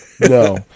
No